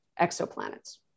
exoplanets